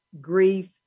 grief